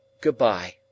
Good-bye